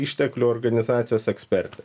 išteklių organizacijos ekspertė